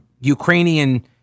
Ukrainian